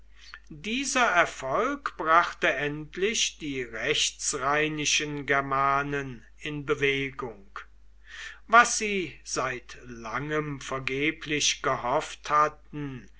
dieser erfolg brachte endlich die rechtsrheinischen germanen in bewegung was sie seit langem vergeblich gehofft hatten